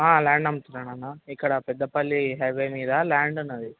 land అమ్ముతున్నానన్న ఇక్కడ Peddapalli highway మీద ల్యాండ్ ఉన్నది